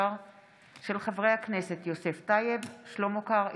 בהצעתם של חברי הכנסת יוסף טייב, שלמה קרעי,